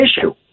issue